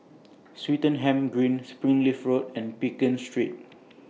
Swettenham Green Springleaf Road and Pekin Street